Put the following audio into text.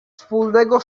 wspólnego